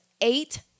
eight